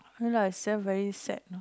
no lah this one very sad you know